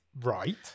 Right